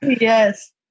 Yes